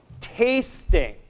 tasting